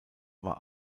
war